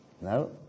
No